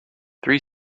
three